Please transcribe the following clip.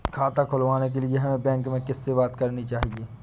खाता खुलवाने के लिए हमें बैंक में किससे बात करनी चाहिए?